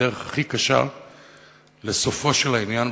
הדרך הכי קשה לסופו של העניין,